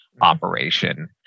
operation